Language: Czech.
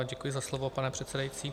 Děkuji za slovo, pane předsedající.